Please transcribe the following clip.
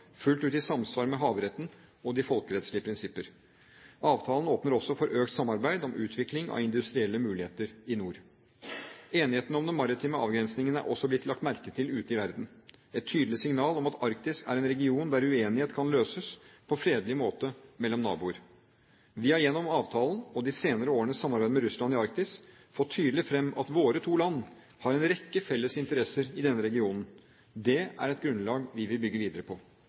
fullt ut i samsvar med havretten og de folkerettslige prinsipper. Avtalen åpner også for økt samarbeid om utvikling av industrielle muligheter i nord. Enigheten om den maritime avgrensningen er også blitt lagt merke til ute i verden; et tydelig signal om at Arktis er en region der uenighet kan løses på fredelig måte mellom naboer. Vi har gjennom avtalen og de seneste årenes samarbeid med Russland i Arktis fått tydelig fram at våre to land har en rekke felles interesser i denne regionen. Det er et grunnlag vi vil bygge videre på.